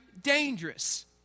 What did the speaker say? dangerous